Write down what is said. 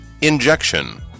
Injection